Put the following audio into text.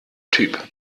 typ